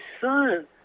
son